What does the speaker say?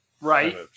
right